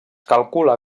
calcula